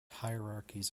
hierarchies